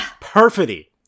Perfidy